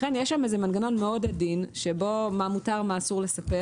לכן יש שם איזה מנגנון מאוד עדין שבו מה מותר ומה אסור לספר.